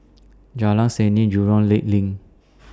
Jalan Seni Jurong Lake LINK